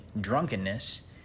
drunkenness